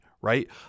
right